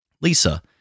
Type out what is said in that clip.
Lisa